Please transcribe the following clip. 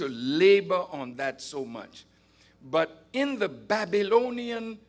to live on that so much but in the babylonian